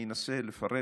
אני אנסה לפרט